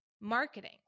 marketing